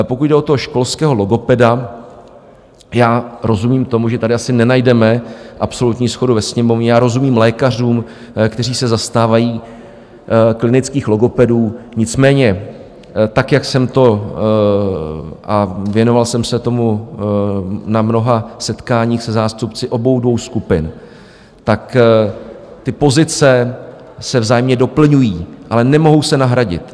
Pokud jde o toho školského logopeda, já rozumím tomu, že tady asi nenajdeme absolutní shodu ve Sněmovně, rozumím lékařům, kteří se zastávají klinických logopedů, nicméně tak jak jsem to a věnoval jsem se tomu na mnoha setkáních se zástupci obou skupin, tak ty pozice se vzájemně doplňují, ale nemohou se nahradit.